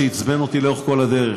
שעצבן אותי לאורך כל הדרך.